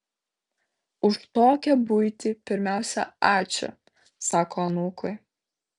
už tokią buitį pirmiausia ačiū sako anūkui